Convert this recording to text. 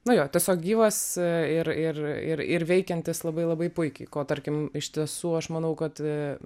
nu jo tiesiog gyvas ir ir ir veikiantis labai labai puikiai ko tarkim iš tiesų aš manau kad